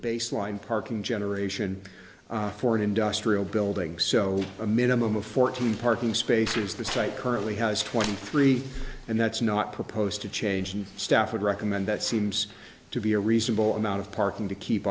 baseline parking generation for an industrial building so a minimum of fourteen parking spaces that's right currently has twenty three and that's not proposed to change and staff would recommend that seems to be a reasonable amount of parking to keep